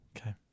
Okay